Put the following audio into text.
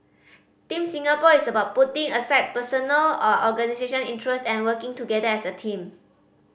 Team Singapore is about putting aside personal or organisation interest and working together as a team